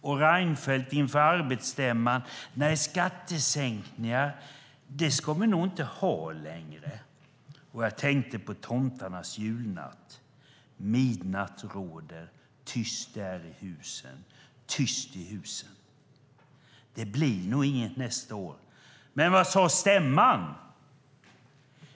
Och Reinfeldt sade inför arbetsstämman: Nej, skattesänkningar ska vi nog inte ha längre. Jag tänkte på Tomtarnas julnatt : Midnatt råder, tyst det är i husen, tyst i husen. Det blir nog inget nästa år. Men vad sade stämman?